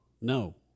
no